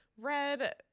red